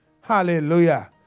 Hallelujah